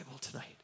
tonight